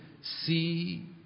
see